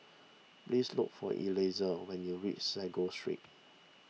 please look for Eliezer when you reach Sago Street